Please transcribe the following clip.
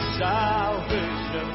salvation